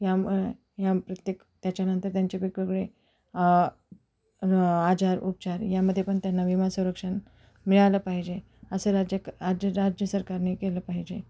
ह्यामु ह्या प्रत्येक त्याच्यानंतर त्यांचे वेगवेगळे र आजार उपचार यामध्ये पण त्यांना विमा संरक्षण मिळालं पाहिजे असं राज्य क राज्य राज्य सरकारने केलं पाहिजे